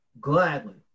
Gladly